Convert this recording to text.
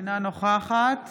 אינה נוכחת